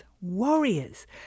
warriors